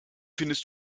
findest